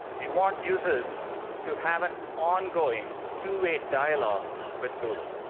we want users to have an ongoing, two-way dialogue with google.